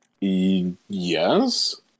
Yes